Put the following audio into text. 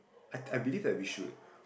I I believe that we should